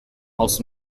aus